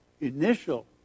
initial